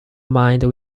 mind